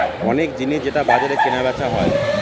অনেক জিনিস যেটা বাজারে কেনা বেচা হয়